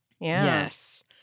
Yes